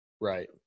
Right